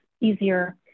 easier